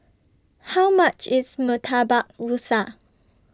How much IS Murtabak Rusa